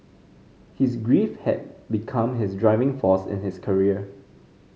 his grief had become his driving force in his career